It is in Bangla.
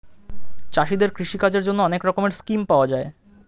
চাষীদের কৃষি কাজের জন্যে অনেক রকমের স্কিম পাওয়া যায়